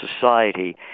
society